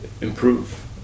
improve